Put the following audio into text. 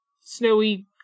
snowy